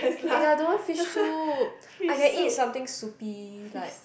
eh I don't want fish soup I can eat something soupy like